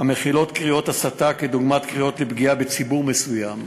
המכילות קריאות הסתה דוגמת קריאות לפגיעה בציבור מסוים,